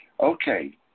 okay